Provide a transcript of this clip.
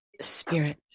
spirit